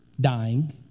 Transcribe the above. dying